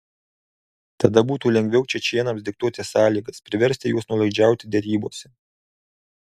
tada būtų lengviau čečėnams diktuoti sąlygas priversti juos nuolaidžiauti derybose